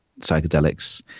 psychedelics